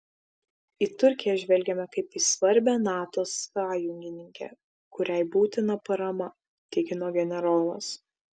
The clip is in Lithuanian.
į turkiją žvelgiame kaip į svarbią nato sąjungininkę kuriai būtina parama tikino generolas